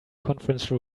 conference